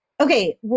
Okay